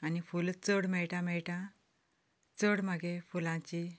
आनी फुलां चड मेळटा मेळटा चड मागीर फुलांचे